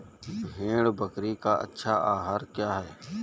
भेड़ बकरी का अच्छा आहार क्या है?